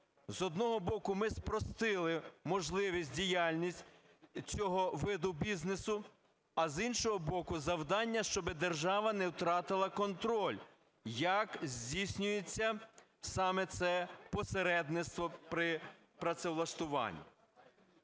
З одного боку, ми спростили можливість діяльності цього виду бізнесу, а з іншого боку – завдання, щоби держава не втратила контроль, як здійснюється саме це посередництво при працевлаштуванні.